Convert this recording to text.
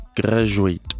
graduate